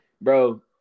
bro